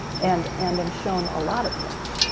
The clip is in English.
and and i'm shown a lot of things,